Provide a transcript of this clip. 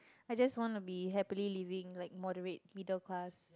I just want to be happily living like moderate middle class